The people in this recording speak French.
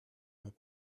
m’as